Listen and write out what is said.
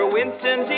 Winston